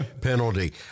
penalty